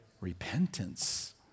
Repentance